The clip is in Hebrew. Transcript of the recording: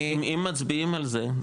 אם מצביעים על זה,